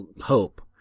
hope